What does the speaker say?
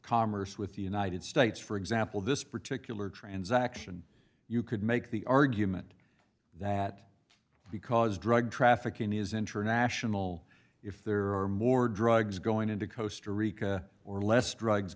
commerce with the united states for example this particular transaction you could make the argument that because drug trafficking is international if there are more drugs going into coaster reka or less drugs